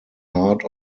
heart